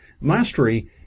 Mastery